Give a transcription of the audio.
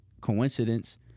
coincidence